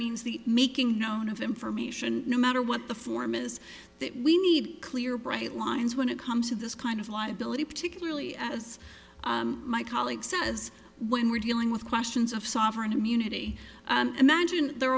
means the making known of information no matter what the form is that we need clear bright lines when it comes to this kind of liability particularly as my colleague says when we're dealing with questions of sovereign immunity imagine there